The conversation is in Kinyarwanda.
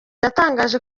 yatangaje